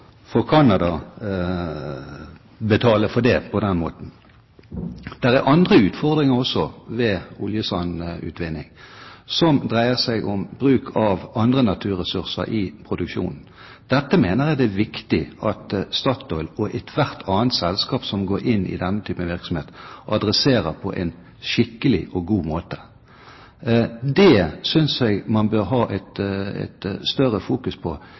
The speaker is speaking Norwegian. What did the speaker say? Canada betale for det på den måten. Det er andre utfordringer også ved oljesandutvinning, som dreier seg om bruk av andre naturressurser i produksjonen. Dette mener jeg det er viktig at Statoil og ethvert annet selskap som går inn i den typen virksomhet adresserer på en skikkelig og god måte. Jeg synes man bør ha et større fokus på